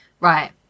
right